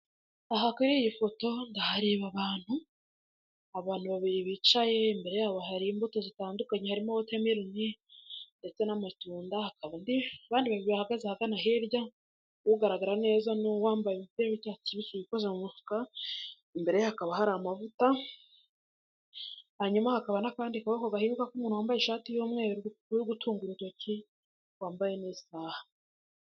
Aha kuri iyi foto ndahareba abantu, abantu babiri bicaye imbere yabo hari imbuto zitandukanye harimo, wotameroni ndetse n'amatunda hakaba abandi babiri bahagaze ahagana hirya ugaragara neza ni uwambaye umipira w'icyatsi kibisi wikoze mu mifuka imbere ye hakaba hari amavuta hanyuma hakaba n'akandi kaboko gahinguka k'umuntu wambaye ishati y'umweru uri gutunga urutoki wambaye n'isaha.